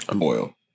oil